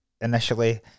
initially